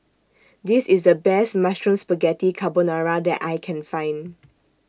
This IS The Best Mushroom Spaghetti Carbonara that I Can Find